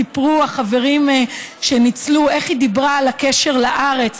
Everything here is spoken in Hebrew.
סיפרו החברים שניצלו איך היא דיברה על הקשר לארץ,